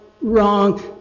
Wrong